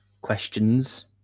questions